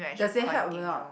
does it help or not